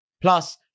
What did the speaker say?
Plus